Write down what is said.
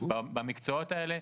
במקצועות האלה,